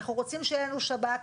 אנחנו רוצים שיהיה לנו שב"כ,